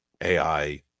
ai